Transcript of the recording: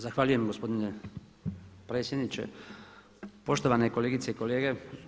Zahvaljujem gospodine predsjedniče, poštovane kolegice i kolege.